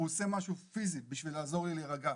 הוא עושה משהו פיזי בשביל לעזור לי להירגע.